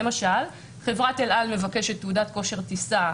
למשל חברת אל על מבקשת תעודת כושר טיסה,